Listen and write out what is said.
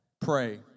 Pray